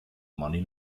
money